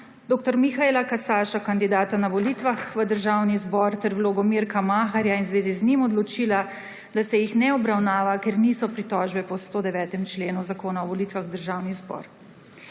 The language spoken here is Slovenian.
dr. Mihaela Kasaša, kandidata na volitvah v Državni zbor, ter vlogo Mirka Maherja in v zvezi z njim odločila, da se jih ne obravnava, ker niso pritožbe po 109. členu Zakona o volitvah v državni zbor.